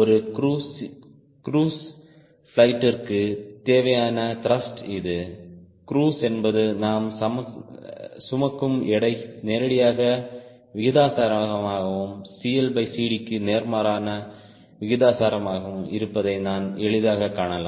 ஒரு க்ரூயிஸ் பிளையிட்ற்குத் தேவையான த்ருஷ்ட் இது க்ரூயிஸ் என்பது நாம் சுமக்கும் எடைக்கு நேரடியாக விகிதாசாரமாகவும் CLCDக்கு நேர்மாறான விகிதாசாரமாகவும் இருப்பதை நாம் எளிதாகக் காணலாம்